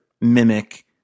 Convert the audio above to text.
mimic